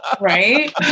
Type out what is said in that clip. right